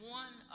one